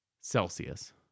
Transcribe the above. celsius